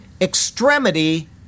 extremity